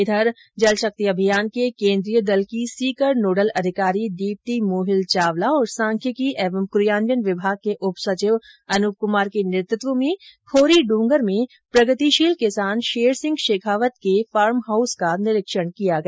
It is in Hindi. इधर जल शक्ति अभियान के केन्द्रीय दल की सीकर नोडल अधिकारी दीप्ति मौहिल चावला और सांख्यिकी एवं क्रियान्वयन विभाग के उप सचिव अनुप कमार के नेतृत्व में खोरी डुंगर में प्रगतिशील किसान शेरसिंह शेखावत के फार्म हाउस कॉ निरीक्षण किया गया